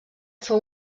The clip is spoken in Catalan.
fou